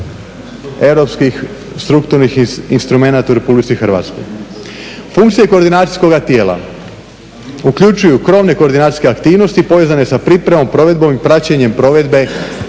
europskih strukturnih instrumenata u Republici Hrvatskoj. Funkcije koordinacijskoga tijela uključuju krovne koordinacijske aktivnosti povezane sa pripremom, provedbom i praćenjem provedbe